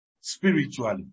spiritually